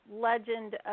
legend